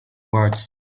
words